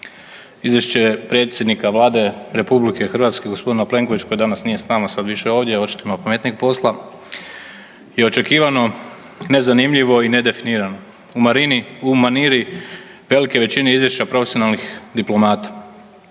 izvješće predsjednika Vlade RH g. Plenkovića koji danas nije s nama više ovdje očito ima pametnijeg posla, je očekivano nezanimljivo i nedefinirano u maniri velike većine izvješća profesionalnih diplomata,